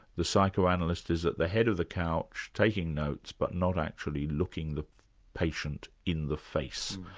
the psychoanalyst is at the head of the couch, taking notes but not actually looking the patient in the face.